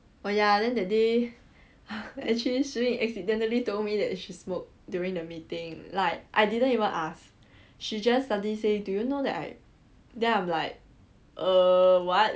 oh ya then that day actually si yu accidentally told me that she smoked during the meeting like I didn't even ask she just suddenly say do you know that I then I'm like err what